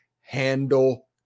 Handle